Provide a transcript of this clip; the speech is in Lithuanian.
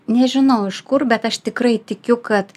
nežinau iš kur bet aš tikrai tikiu kad